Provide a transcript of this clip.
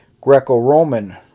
Greco-Roman